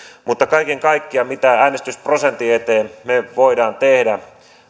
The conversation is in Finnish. mutta kaiken kaikkiaan mitä äänestysprosentin eteen me voimme tehdä